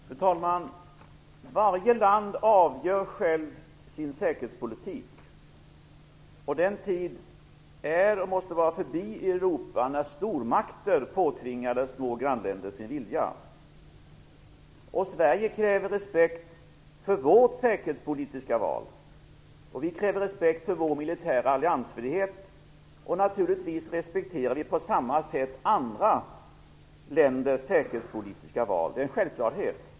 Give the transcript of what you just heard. Fru talman! Varje land avgör självt sin säkerhetspolitik, och den tid är och måste vara förbi i Europa när stormakter påtvingade små grannländer sin vilja. Sverige kräver respekt för sitt säkerhetspolitiska val och för sin militära alliansfrihet, och naturligtvis respekterar vi på samma sätt andra länders säkerhetspolitiska val. Det är en självklarhet.